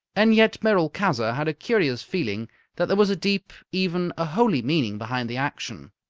and yet merolchazzar had a curious feeling that there was a deep, even a holy, meaning behind the action.